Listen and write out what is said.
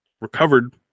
recovered